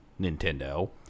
Nintendo